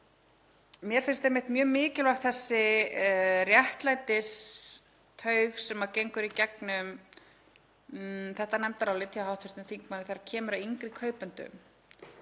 Mér finnst einmitt mjög mikilvæg þessi réttlætistaug sem gengur í gegnum þetta nefndarálit hjá hv. þingmanni þegar kemur að yngri kaupendum